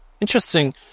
Interesting